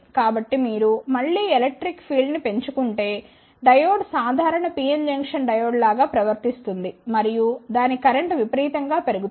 కాబట్టి మీరు మళ్ళీ ఎలక్ట్రిక్ ఫీల్డ్ని పెంచుకుంటే డయోడ్ సాధారణ PN జంక్షన్ డయోడ్ లాగా ప్రవర్తిస్తుంది మరియు దాని కరెంట్ విపరీతం గా పెరుగుతుంది